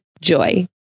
Joy